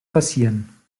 passieren